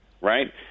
right